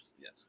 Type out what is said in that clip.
Yes